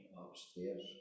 upstairs